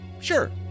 sure